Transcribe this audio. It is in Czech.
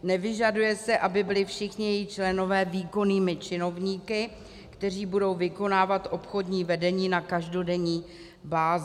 Nevyžaduje se, aby byli všichni její členové výkonnými činovníky, kteří budou vykonávat obchodní vedení na každodenní bázi.